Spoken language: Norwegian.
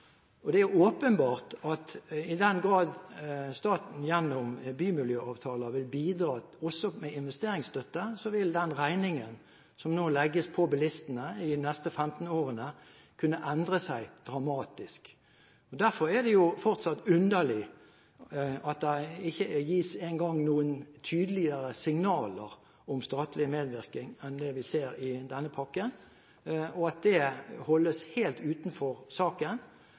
Og det er åpenbart at i den grad staten gjennom bymiljøavtaler vil bidra også med investeringsstøtte, så vil den regningen som nå legges på bilistene de nesten 15 årene, kunne endre seg dramatisk. Derfor er det jo fortsatt underlig at det ikke engang gis noen tydeligere signaler om statlig medvirkning enn det vi ser i denne pakken, og at dét holdes helt utenfor saken.